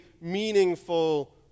meaningful